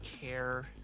care